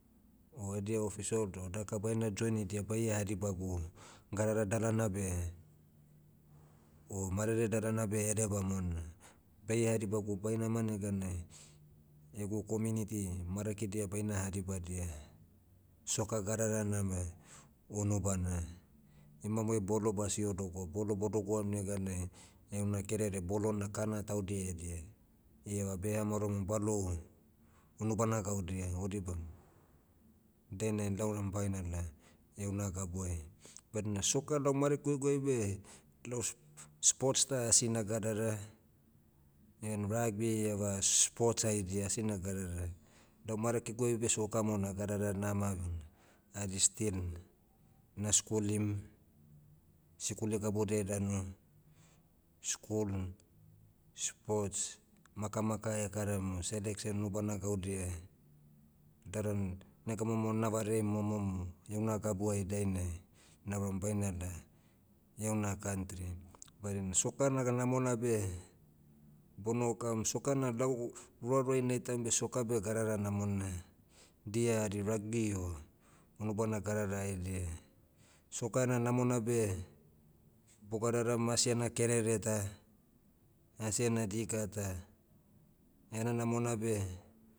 O edia official doh daka baina joinidia baie hadibagu, gadara dalana beh, o marere dalana beh edebamona. Baie hadibagu bainama neganai, egu community, marakidia baina hadibadia, soccer gadarana meh, unubana. Imamuiai bolo basio dogo. Bolo bodogoam neganai, heuna kerere bolo na kana taudia edia. Iava behamaoromum balou. Unubana gaudia o dibam. Daina lauram bainala, heuna gabuai. Badina soccer lau marakueguai beh, lau, sports ta asina gadara, en rugby eva sports haidia asina gadara. Lau marakiguai beh soccer mo nagadara nama buna, hari still, na skulim. Sikuli gabudiai danu, school, sports, makamaka ekaramu selection nubana gaudia, dadan, nega momo navarea momom, heuna gabuai dainai, nauram bainala, iauna kantri. Badina soccer naga namona beh, bono kam soccer na lau, roaroai naitaim beh soccer beh gadara namona. Dia adi rugby o, unubana gadara haidia. Soccer ena namona beh, bogadaram asena kerere ta, asena dika ta, ena namona beh,